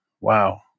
wow